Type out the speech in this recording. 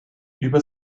über